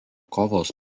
kovos